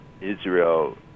Israel